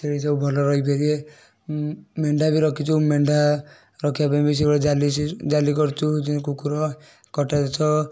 ଛେଳି ସବୁ ଭଲରେ ରହି ପାରିବେ ମେଣ୍ଢା ବି ରଖିଛୁ ମେଣ୍ଢା ରଖିବା ପାଇଁ ବି ସେଇଭଳିଆ ଜାଲି ସି ଜାଲି କରିଛୁ ଯେମିତି କୁକୁର କଟାସ